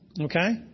Okay